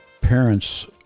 parents